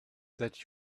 that